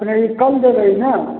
अपने ई कल देबै ने